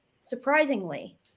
Surprisingly